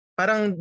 parang